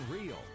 real